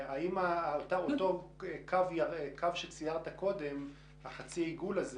האם אותו קו שציירת קודם, אותו חצי עיגול,